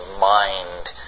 mind